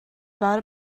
about